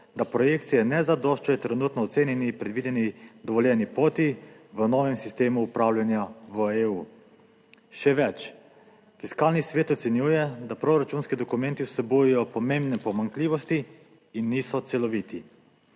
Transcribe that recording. da projekcije ne zadoščajo trenutno ocenjeni predvideni, dovoljeni poti v novem sistemu upravljanja v EU. Še več, Fiskalni svet ocenjuje, da proračunski dokumenti vsebujejo pomembne pomanjkljivosti in niso celoviti.